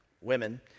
women